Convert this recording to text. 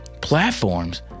platforms